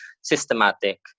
systematic